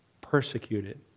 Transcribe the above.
persecuted